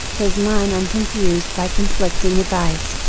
his mind unconfused by conflicting advice,